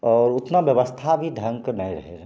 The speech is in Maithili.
आओर ओतना बेबस्था भी ढङ्गके नहि रहै रहै